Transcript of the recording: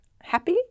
happy